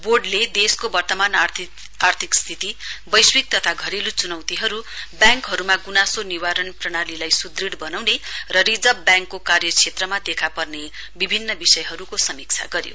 बोर्डले देशको वर्तमान आर्थिक स्थितिबैश्वक तथा घरेल् च्नौतीहरु ब्याङ्कहरुमा ग्नासो निवारण प्रणालीलाई सुदृद बनाउने र रिजर्व ब्याङ्कको कार्यक्षेत्रमा देखा पर्ने विभिन्न विषयहरुको समीक्षा गर्यो